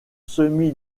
semi